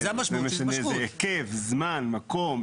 זה משנה איזה היקף, זמן, מקום.